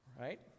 right